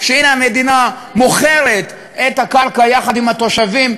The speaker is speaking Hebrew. שהנה המדינה מוכרת את הקרקע יחד עם התושבים,